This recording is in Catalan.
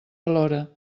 alhora